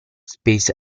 space